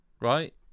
Right